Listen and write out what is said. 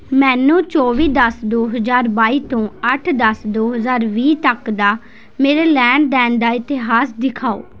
ਮੈਨੂੰ ਚੌਵੀ ਦਸ ਦੋ ਹਜ਼ਾਰ ਬਾਈ ਤੋਂ ਅੱਠ ਦਸ ਦੋ ਹਜ਼ਾਰ ਵੀਹ ਤੱਕ ਦਾ ਮੇਰੇ ਲੈਣ ਦੇਣ ਦਾ ਇਤਿਹਾਸ ਦਿਖਾਓ